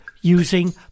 using